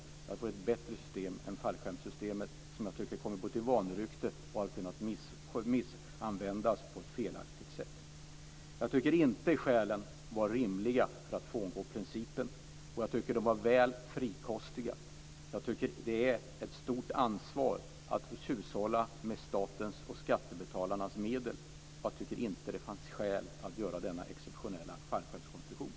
Då skulle man få ett bättre system än fallskärmssystemet, som jag tycker både har fallit i vanrykte och har kunnat användas på ett felaktigt sätt. Jag tycker inte att skälen var rimliga för att frångå principen, och jag tycker att det hela var väl frikostigt. Det är ett stort ansvar att hushålla med statens och skattebetalarnas medel, och jag tycker alltså inte att det fanns skäl att göra denna exceptionella fallskärmskonstruktion.